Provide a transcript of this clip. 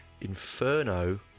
Inferno